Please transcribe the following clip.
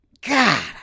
God